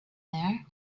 there